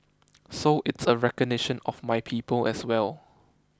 so it's a recognition of my people as well